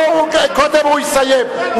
קודם הוא יסיים.